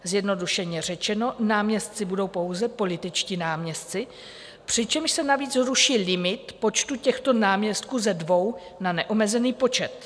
Zjednodušeně řečeno, náměstci budou pouze političtí náměstci, přičemž se navíc ruší limit počtu těchto náměstků ze dvou na neomezený počet.